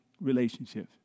relationships